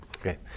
Okay